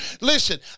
Listen